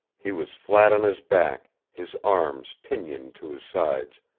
he was flat on his back, his arms pinioned to his sides,